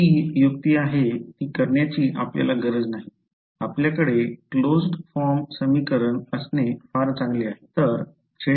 तर ती युक्ती आहे ती करण्याची आपल्याला गरज नाही आपल्याकडे बंद फॉर्म समीकरण असणे फार चांगले आहे